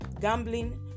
gambling